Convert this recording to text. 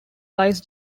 lies